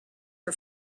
for